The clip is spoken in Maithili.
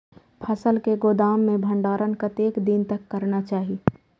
फसल के गोदाम में भंडारण कतेक दिन तक करना चाही?